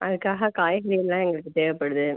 அதற்காக காய்கறிலாம் எங்களுக்கு தேவைப்படுது